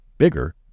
bigger